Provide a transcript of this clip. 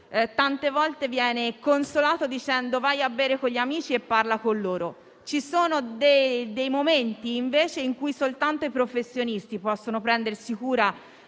tante volte viene consolato spronandolo ad andare a bere con gli amici e a parlare con loro. Ci sono dei momenti, invece, in cui soltanto i professionisti possono prendersi cura